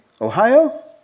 Ohio